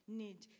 need